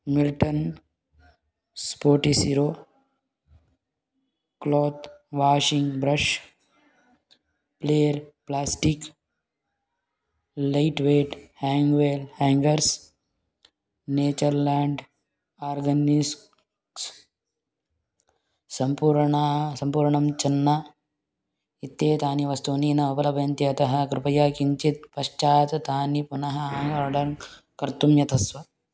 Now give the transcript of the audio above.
Milton spot zero cloth washing brush player plastic light weight hang well hangers Nature Land Organics सम्पूर्णं सम्पूर्णं चन्न इत्येतानि वस्तूनि न उपलभ्यन्ते अतः कृपया किञ्चित् पश्चात् तानि पुनः आङ्ग् आर्डर् कर्तुं यतस्व